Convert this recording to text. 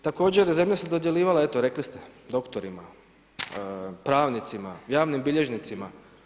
Također, zemlja se dodjeljivala rekli ste doktorima, pravnicima, javnim bilježnicima.